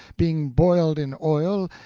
being boiled in oil,